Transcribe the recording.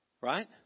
right